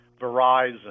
Verizon